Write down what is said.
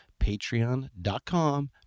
patreon.com